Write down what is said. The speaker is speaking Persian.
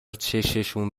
چششون